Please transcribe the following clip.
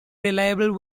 reliable